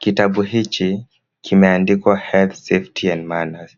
Kitabu hiki, kimeandikwa Health safety and manners